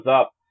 up